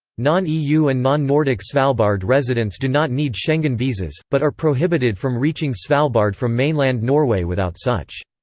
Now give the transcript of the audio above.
non-eu and non-nordic svalbard residents do not need schengen visas, but are prohibited from reaching svalbard from mainland norway without such.